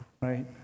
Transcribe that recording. right